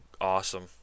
awesome